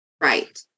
right